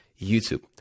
YouTube